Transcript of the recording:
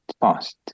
past